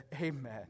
Amen